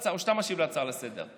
או שאתה משיב להצעה לסדר-היום?